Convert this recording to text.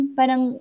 parang